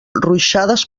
ruixades